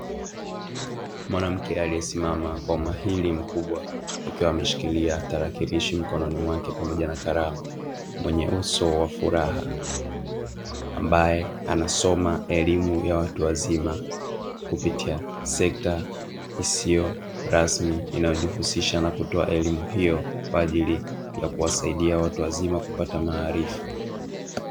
Mwanamke aliyesimama kwa umahiri mkubwa akiwa ameshikilia tarakilishi mkononi mwake pamoja na kalamu, mwenye uso wa furaha ambaye anasoma elimu ya watu wazima kupitia sekta isiyo rasmi inayojihusisha na kutoa elimu hiyo kwa ajili ya kuwasaidia watu wazima kupata maarifa.